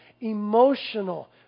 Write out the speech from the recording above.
emotional